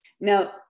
Now